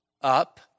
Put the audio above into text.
up